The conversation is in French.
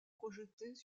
projetées